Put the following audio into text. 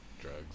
Drugs